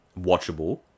watchable